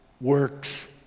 works